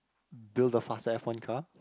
build the fastest F-one car